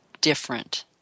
different